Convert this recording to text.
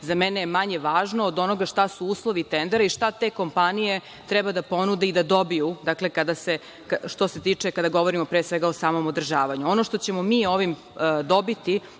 za mene je manje važno od onoga šta su uslovi tendera i šta te kompanije treba da ponude i da dobiju kada govorimo pre svega o samom održavanju. Ono što ćemo mi ovim dobiti